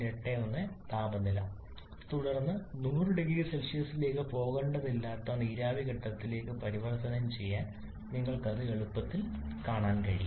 81 താപനില തുടർന്ന് 1000 സിയിലേക്ക് പോകേണ്ടതില്ലാത്ത നീരാവി ഘട്ടത്തിലേക്ക് പരിവർത്തനം ചെയ്യാൻ നിങ്ങൾക്ക് അത് എളുപ്പത്തിൽ കാണാൻ കഴിയും